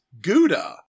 Gouda